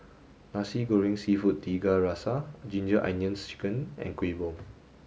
nasi goreng seafood Tiga Rasa ginger onions chicken and Kuih Bom